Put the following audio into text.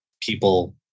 people